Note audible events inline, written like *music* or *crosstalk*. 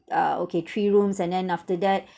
uh okay three rooms and then after that *breath*